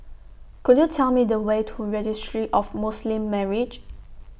Could YOU Tell Me The Way to Registry of Muslim Marriages